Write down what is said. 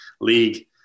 league